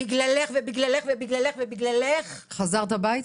בגללך ובגללך ורק בגללך.." חזרת הביתה?